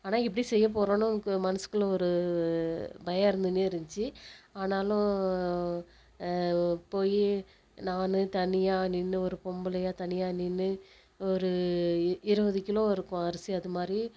ஆனால் எப்படி செய்ய போகிறோம்னு எனக்கு மனசுக்குள்ளே ஒரு பயம் இருந்ததுகின்னே இருந்திச்சு ஆனாலும் போய் நான் தனியாக நின்று ஒரு பொம்பளையா தனியாக நின்று ஒரு இருபது கிலோ இருக்கும் அரிசி அதுமாதிரி